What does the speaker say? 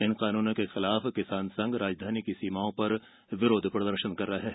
इन कानूनों के खिलाफ किसान संघ राजधानी की सीमाओं पर विरोध प्रदर्शन कर रहे हैं